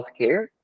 healthcare